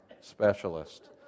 specialist